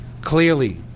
Clearly